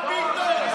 השר ביטון,